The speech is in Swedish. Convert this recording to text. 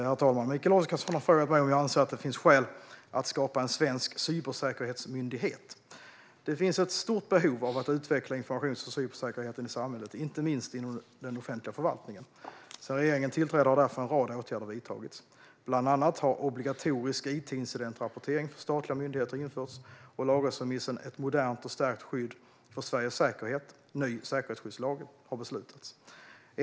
Herr talman! Mikael Oscarsson har frågat mig om jag anser att det finns skäl att skapa en svensk cybersäkerhetsmyndighet. Det finns ett stort behov av att utveckla informations och cybersäkerheten i samhället, inte minst inom den offentliga förvaltningen. Sedan regeringen tillträdde har därför en rad åtgärder vidtagits. Bland annat har obligatorisk it-incidentrapportering för statliga myndigheter införts, och lagrådsremissen Ett modernt och stärkt skydd för Sveriges säkerhet - ny säkerhetsskyddslag har beslutats.